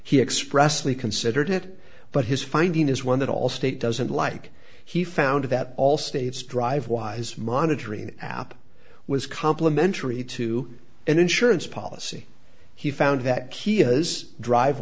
we considered it but his finding is one that all state doesn't like he found that all states dr wise monitoring app was complementary to an insurance policy he found that key is dr